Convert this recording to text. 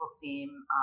seem